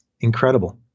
Incredible